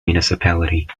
municipality